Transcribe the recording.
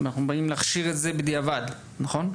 אנחנו באים להכשיר את זה בדיעבד, נכון?